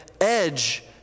edge